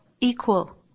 equal